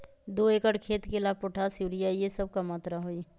दो एकर खेत के ला पोटाश, यूरिया ये सब का मात्रा होई?